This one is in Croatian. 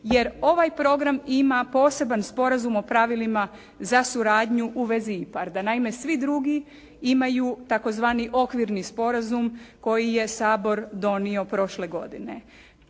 jer ovaj program ima poseban Sporazum o pravilima za suradnju u vezi IPARD-a. Naime svi drugi imaju tzv. okvirni sporazum koji je Sabor donio prošle godine.